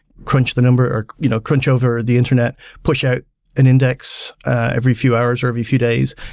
crunch the numbers, or you know crunch over the internet, push out an index every few hours or every few days.